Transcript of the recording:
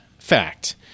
Fact